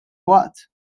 waqt